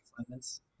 assignments